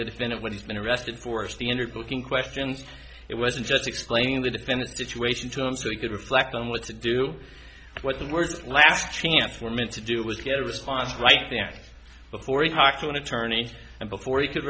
that it's been and when he's been arrested for standard booking questions it wasn't just explaining the defendant situation to him so he could reflect on what to do what the word last chance were meant to do was get a response right there before he talked to an attorney and before he could